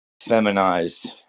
feminized